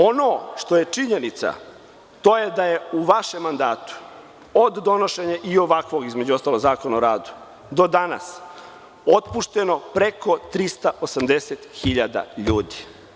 Ono što je činjenica, to je da je u vašem mandatu, od donošenja i ovakvog, između ostalog, zakona o radu do danasotpušteno preko 380 hiljada ljudi.